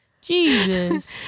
Jesus